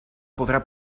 podrà